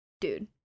Dude